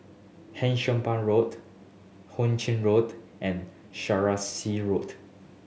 Hampshire Road Hu Ching Road and Saraca Road